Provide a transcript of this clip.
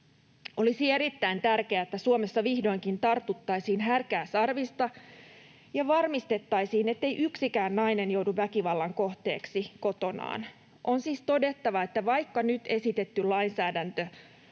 Olisi erittäin tärkeää, että Suomessa vihdoinkin tartuttaisiin härkää sarvista ja varmistettaisiin, ettei yksikään nainen joudu väkivallan kohteeksi kotonaan. On siis todettava, että vaikka nyt esitetty lainsäädäntö